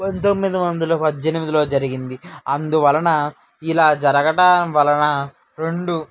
పంతోమ్మిది వందల పద్దెనిమిదిలో జరిగింది అందువలన ఇలా జరగడం వలన రెండు